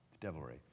devilry